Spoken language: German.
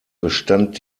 bestand